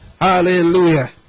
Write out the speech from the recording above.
hallelujah